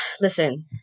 Listen